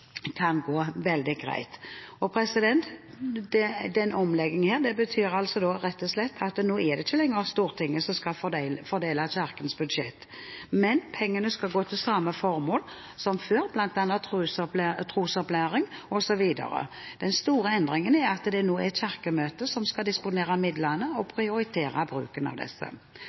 gå veldig greit. Denne omleggingen betyr rett og slett at det ikke lenger er Stortinget som skal fordele Kirkens budsjett, men pengene skal gå til samme formål som før, bl.a. til trosopplæring. Den store endringen er at det nå er Kirkemøtet som skal disponere midlene og prioritere bruken av disse.